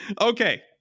okay